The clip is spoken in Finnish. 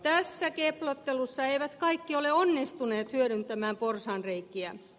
tässä keplottelussa eivät kaikki ole onnistuneet hyödyntämään porsaanreikiä